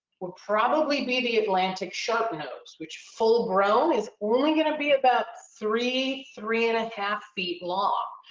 would probably be the atlantic sharpnose, which full-grown is only going to be about three, three and a half feet long.